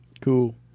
Cool